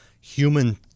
human